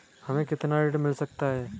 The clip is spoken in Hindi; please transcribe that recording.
हमें कितना ऋण मिल सकता है?